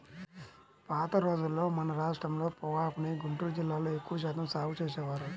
పాత రోజుల్లో మన రాష్ట్రంలో పొగాకుని గుంటూరు జిల్లాలో ఎక్కువ శాతం సాగు చేసేవారు